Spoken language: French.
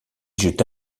jeta